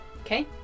Okay